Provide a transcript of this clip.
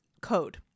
code